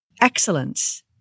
Excellence